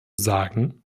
sagen